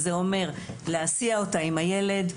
זה אומר להסיע אותה עם הילד.